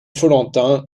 follentin